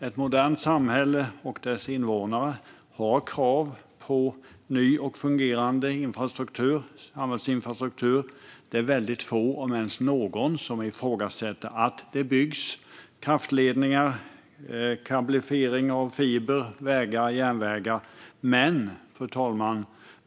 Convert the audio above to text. Ett modernt samhälle och dess invånare har krav på ny och fungerande samhällsinfrastruktur. Det är väldigt få, om ens någon, som ifrågasätter att det byggs kraftledningar, vägar och järnvägar eller att kablifiering av fiber sker.